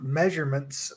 measurements